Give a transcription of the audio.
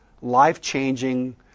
life-changing